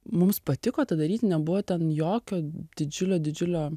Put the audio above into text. mums patiko tą daryt nebuvo ten jokio didžiulio didžiulio